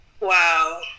Wow